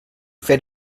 fer